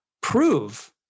prove